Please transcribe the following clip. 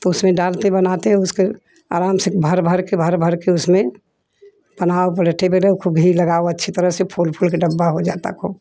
तो उस में डालते बनाते हैं उसके आराम से भर भर के भर भर के उस में बनाओ पराठे बेलो खूब घी लगाओ अच्छी तरह से फूल फूल के डब्बा हो जाता है ख़ूब